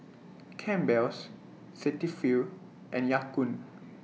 Campbell's Cetaphil and Ya Kun